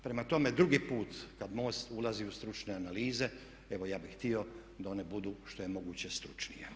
Prema tome, drugi put kada MOST ulazi u stručne analize, evo ja bih htio da one budu što je moguće stručnije.